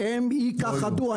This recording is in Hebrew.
הענפים האלה ייכחדו.